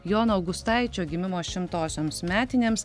jono augustaičio gimimo šimtosioms metinėms